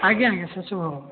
ଆଜ୍ଞା ଆଜ୍ଞା ସେସବୁ ହେବ